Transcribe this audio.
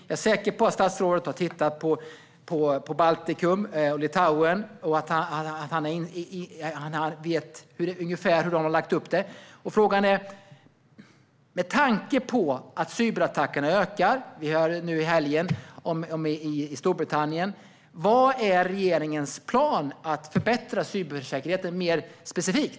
Jag är säker på att statsrådet har tittat på Baltikum och Litauen och att han vet ungefär hur man har lagt upp det där. Med tanke på att cyberattackerna ökar - vi hörde nu i helgen om den i Storbritannien - vad är regeringens plan för att förbättra cybersäkerheten mer specifikt?